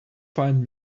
find